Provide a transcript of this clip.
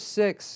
six